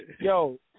Yo